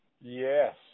Yes